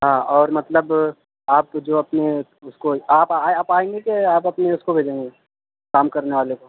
ہاں اور مطلب آپ جو اپنے اس کو آپ آئیں گے کہ اپنے اس کو بھیجیں گے کام کرنے والے کو